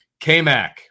KMAC